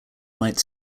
might